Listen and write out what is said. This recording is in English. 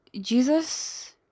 jesus